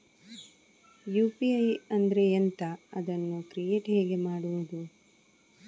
UPI ಅಂದ್ರೆ ಎಂಥ? ಅದನ್ನು ಕ್ರಿಯೇಟ್ ಹೇಗೆ ಮಾಡುವುದು?